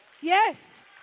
Yes